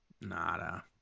nada